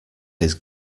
his